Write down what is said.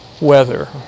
weather